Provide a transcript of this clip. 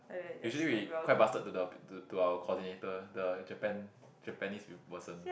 usually we quite bastard to the to our coordinator the Japan Japanese pee~ person